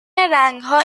رنگها